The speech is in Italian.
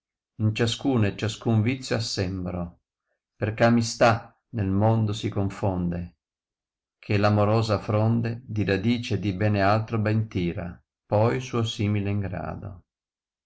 in ciascuno e ciascuno vizio assembro perch amistà nel mondo si confonde che v amorosa fronde di radice di bene altro ben tira poi suo simile in grado